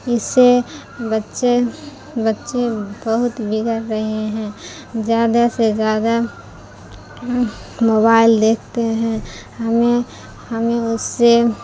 اس سے بچے بچے بہت بگڑ رہے ہیں زیادہ سے زیادہ موبائل دیکھتے ہیں ہمیں ہمیں اس سے